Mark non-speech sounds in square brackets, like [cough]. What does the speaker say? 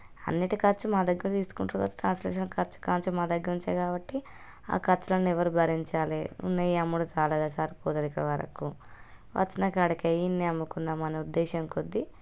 అన్నింటి ఖర్చు మా దగ్గర తీసుకుంటారు ట్రాన్స్లేషన్ ఖర్చు కాన్నుంచి మా దగ్గర నుంచే కాబట్టి ఆ ఖర్చులన్నీ ఎవరు భరించాలి ఉన్నవి అమ్ముడు [unintelligible] ఇక్కడ వరకు వచ్చిన కాడికి ఇక్కడే అమ్ముకుందాము అని ఉద్దేశం కొద్ది